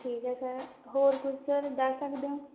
ਠੀਕ ਹੈ ਸਰ ਹੋਰ ਕੁਝ ਸਰ ਦੱਸ ਸਕਦੇ ਹੋ